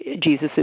Jesus